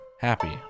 happy